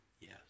Yes